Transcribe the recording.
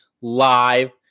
live